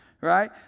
Right